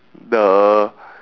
the